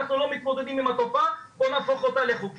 אנחנו לא מתמודדים עם התופעה אז בואו נהפוך אותה לחוקית.